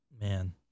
Man